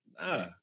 Nah